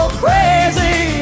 crazy